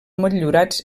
motllurats